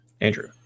Andrew